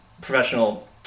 professional